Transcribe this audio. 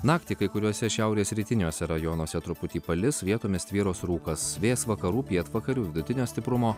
naktį kai kuriuose šiaurės rytiniuose rajonuose truputį palis vietomis tvyros rūkas vėjas vakarų pietvakarių vidutinio stiprumo